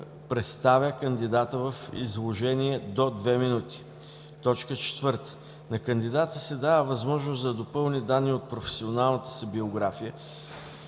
представя кандидата в изложение до 2 минути. 4. На кандидата се дава възможност да допълни данни от професионалната си биография